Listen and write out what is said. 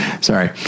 Sorry